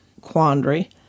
quandary